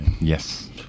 Yes